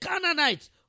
Canaanites